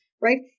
Right